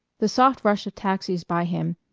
the soft rush of taxis by him,